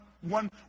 one